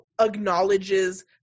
acknowledges